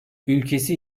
ülkesi